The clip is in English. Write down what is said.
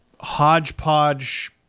hodgepodge